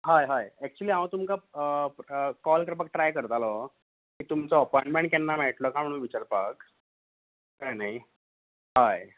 हय हय एक्चुली हांव तुमकां कॉल करपाक ट्राय करतालो तुमचो अपॉयणमॅण केन्ना मेळटलो काय म्हुणू विचारपाक कळें न्ही हय